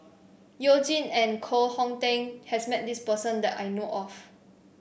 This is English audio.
You Jin and Koh Hong Teng has met this person that I know of